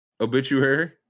obituary